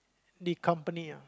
the company ah